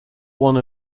one